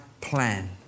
plan